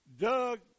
Doug